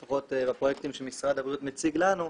לפחות בפרויקטים שמשרד הבריאות מציג לנו,